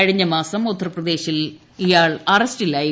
കഴിഞ്ഞ മാസം ഉത്തർപ്രദേശിൽ ഇയാൾ അറസ്റ്റിലായിരുന്നു